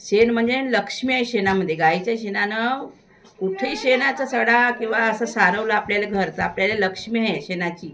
शेण म्हणजे लक्ष्मी आहे शेणामध्ये गाईच्या शेणानं कुठे शेणाचा सडा किंवा असं सारवलं आपल्याला घरचं आपल्याला लक्ष्मी आहे शेणाची